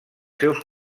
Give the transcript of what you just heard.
seus